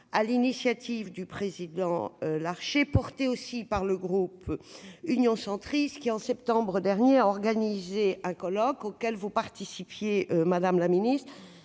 l'initiative du président Larcher, mais aussi par le groupe Union Centriste, qui, en septembre dernier, a organisé un colloque auquel vous avez participé, madame la ministre,